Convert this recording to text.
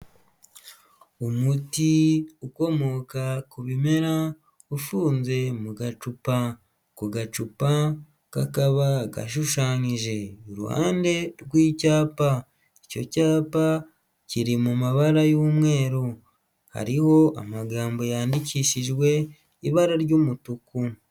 Umuti ukomoka ku bimera ufunze mu gacupa. Ako gacupa kakaba gashushanyije iruhande rw'icyapa. Icyo cyapa kiri mu mabara y'umweru. Hariho amagambo yandikishijwe ibara ry'umutuku.